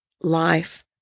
life